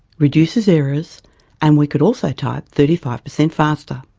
reduces errors and we could also type thirty five percent faster.